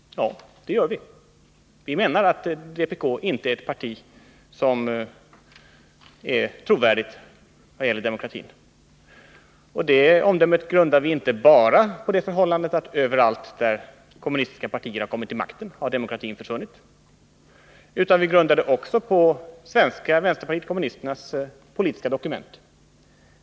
Ja, det gör vi! Vi menar att vpk inte är ett parti som är trovärdigt vad gäller demokratin. Det omdömet grundar vi inte bara på det förhållandet att överallt där kommunistiska partier har kommit till makten har demokratin försvunnit, utan vi grundar det också på det svenska vänsterpartiet kommunisternas politiska dokument.